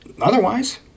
Otherwise